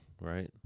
right